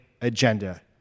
agenda